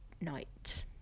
night